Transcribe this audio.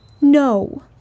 No